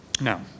now